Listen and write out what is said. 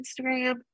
Instagram